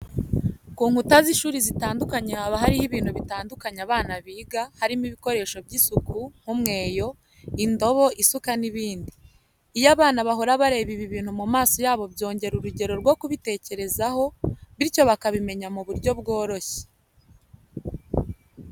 Ku nkuta z'ishuri zitandukanye haba hariho ibintu bitandukanye abana biga, harimo ibikoresho by'isuku nk'umweyo, indobo, isuka n'ibindi. Iyo abana bahora bareba ibi bintu mu maso yabo byongera urugero rwo kubitekerezaho, bityo bakabimenya mu buryo bworoshye.